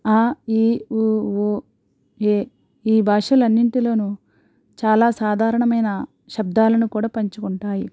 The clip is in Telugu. ఆ ఈ ఉ ఊ ఏ ఈ భాషలన్నింటిలోనూ చాలా సాధారణమైన శబ్దాలను కూడా పంచుకుంటాయి